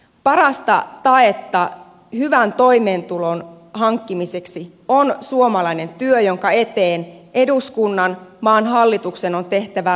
parasta taetta hyvän toimeentulon hankkimiseksi on suomalainen työ jonka eteen eduskunnan maan hallituksen on tehtävä lujasti töitä